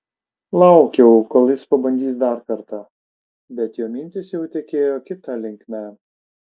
laukiau kol jis pabandys dar kartą bet jo mintys jau tekėjo kita linkme